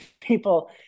people